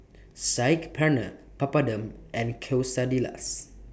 Saag Paneer Papadum and Quesadillas